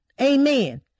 Amen